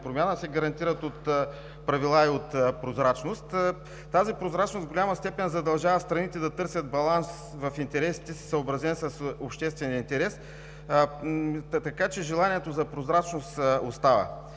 промяна, се гарантират от правила и прозрачност. Тази прозрачност в голяма степен задължава страните да търсят баланс в интересите си, съобразен с обществения интерес, така че желанието за прозрачност остава.